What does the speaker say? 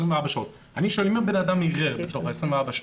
אני שואל: אם האדם ערער בתוך ה-24 שעות,